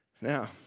Now